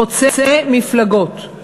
חוצה מפלגות.